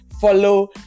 follow